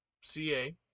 CA